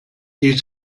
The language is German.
die